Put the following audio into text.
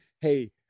hey